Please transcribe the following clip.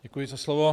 Děkuji za slovo.